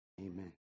Amen